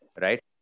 right